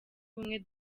ubumwe